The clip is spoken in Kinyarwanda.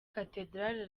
cathedrale